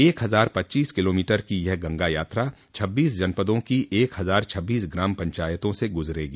एक हजार पच्चीस किलोमीटर की यह गंगा यात्रा छब्बीस जनपदों की एक हजार छब्बीस ग्राम पंचायतों से गूजरेगी